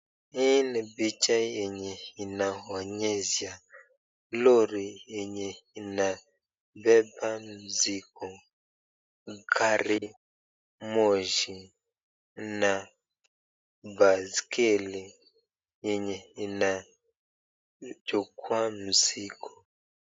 Hii ni picha yenye inaonyesha lori yenye inabeba mzigo, gari moshi na baiskeli yenye inachukua mzigo.